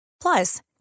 Plus